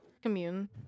commune